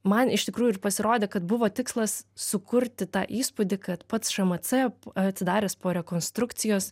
man iš tikrųjų ir pasirodė kad buvo tikslas sukurti tą įspūdį kad pats šmc atsidaręs po rekonstrukcijos